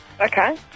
Okay